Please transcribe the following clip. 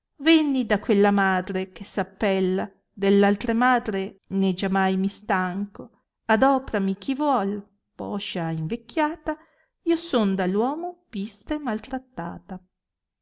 venni da quella madre che s appella dell altre madre né giamai mi stanco àdoprami chi vuol poscia invecchiata io son da uomo pista e maltrattata